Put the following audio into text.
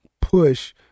push